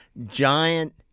giant